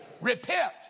repent